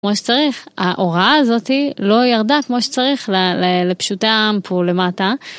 כמו שצריך, ההוראה הזאתי לא ירדה כמו שצריך לפשוטי העם פה למטה.